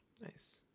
nice